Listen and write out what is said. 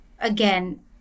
again